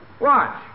Watch